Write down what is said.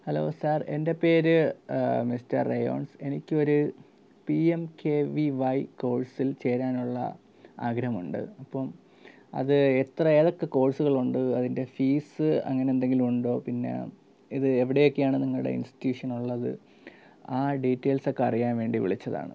hello sir എൻ്റെ പേര് mister റയോൺസ് എനിക്കൊരു P M K V Y കോഴ്സിൽ ചേരാനുള്ള ആഗ്രഹം ഉണ്ട് അപ്പം അത് എത്ര ഏതൊക്കെ കോഴ്സുകളുണ്ട് അതിൻ്റെ ഫീസ് അങ്ങനെ എന്തെങ്കിലും ഉണ്ടോ പിന്നെ ഇത് എവിടെയൊക്കെയാണ് നിങ്ങളുടെ ഇൻസ്റ്റ്യൂഷൻ ഉള്ളത് ആ ഡീറ്റെയിൽസൊക്കെ അറിയാൻ വേണ്ടി വിളിച്ചതാണ്